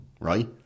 Right